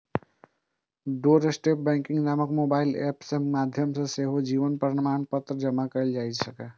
doorstep banking नामक mobile app के माध्यम सं सेहो जीवन प्रमाणपत्र जमा कैल जा सकैए